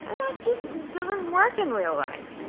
ah that just doesn't work in real life.